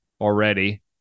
already